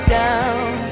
down